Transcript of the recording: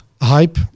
Hype